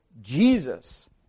Jesus